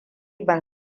ban